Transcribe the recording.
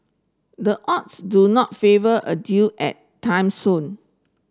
the odds do not favour a deal at time soon